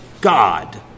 God